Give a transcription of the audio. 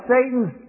Satan's